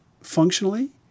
functionally